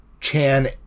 chan